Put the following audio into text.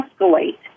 escalate